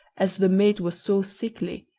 as the mate was so sickly,